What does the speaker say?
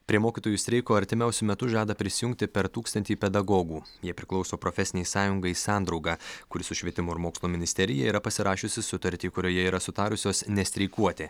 prie mokytojų streiko artimiausiu metu žada prisijungti per tūkstantį pedagogų jie priklauso profesinei sąjungai sandrauga kuri su švietimo ir mokslo ministerija yra pasirašiusi sutartį kurioje yra sutarusios nestreikuoti